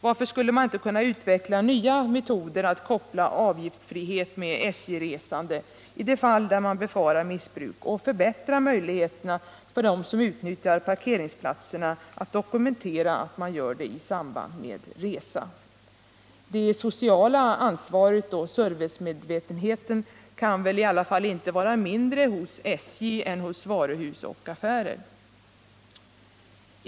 Varför skulle man inte kunna utveckla nya metoder att koppla avgiftsfrihet med SJ-resande i de fall man befarar missbruk och förbättra möjligheterna för dem som utnyttjar parkeringsplats att dokumentera att man gör det i samband med resa? Det sociala ansvaret och servicemedvetenheten kan väl i alla fall inte vara mindre nos SJ än hos varuhus och affärer?